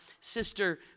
sister